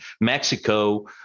Mexico